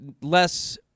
less